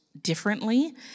differently